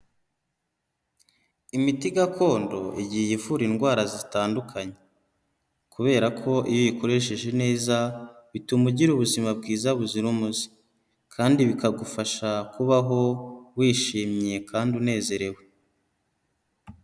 Imiti gakondo igihe ivura indwara zitandukanye, kubera ko iyo uyikoresheje neza bituma ugira ubuzima bwiza buzira umuze, kandi bikagufasha kubaho wishimye kandi unezerewe.